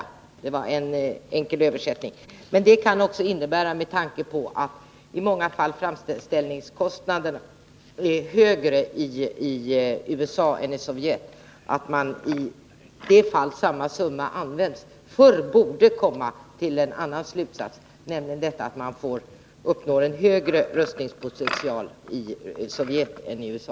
Om jag därtill skall lägga en egen uppfattning så är det att med tanke på att framställningskostnaden i många fall är högre i USA än i Sovjetunionen borde man förr komma till en annan slutsats, nämligen att om samma summa Jengar används uppnås en högre rustningspotential i Sovjet än i USA.